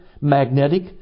magnetic